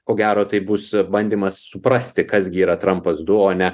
ko gero tai bus bandymas suprasti kas gi yra trampas du o ne